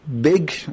big